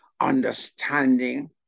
Understanding